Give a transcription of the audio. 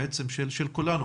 בעצם של כולנו.